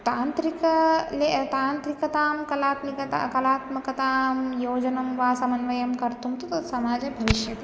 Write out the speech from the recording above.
तान्त्रिकं ले तान्त्रिकतां कलात्मकतां कलात्मकतां योजनं वा समन्वयं कर्तुं तु तत्समाजे भविष्यति